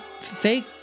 fake